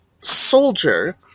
soldier